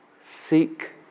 Seek